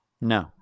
No